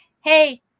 Hey